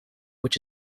which